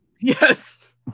Yes